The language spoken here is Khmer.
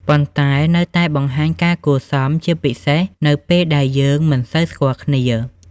ប៉ុន្តែនៅតែបង្ហាញការគួរសម ជាពិសេសនៅពេលដែលយើងមិនសូវស្គាល់គ្នា។